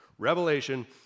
Revelation